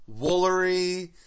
Woolery